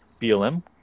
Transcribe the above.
BLM